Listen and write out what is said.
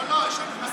לא, לא, מנסור.